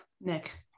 Nick